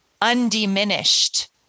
undiminished